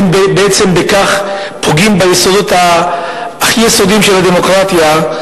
בעצם בכך הם פוגעים ביסודות הכי יסודיים של הדמוקרטיה.